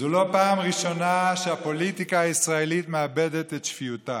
זו לא הפעם הראשונה שהפוליטיקה הישראלית מאבדת את שפיותה.